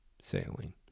sailing